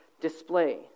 display